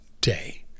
day